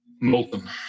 Molten